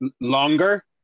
longer